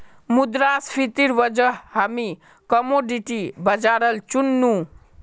मुद्रास्फीतिर वजह हामी कमोडिटी बाजारल चुन नु